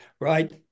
right